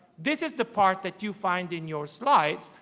this is the part that you find in your slides,